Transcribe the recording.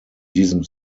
diesem